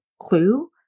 clue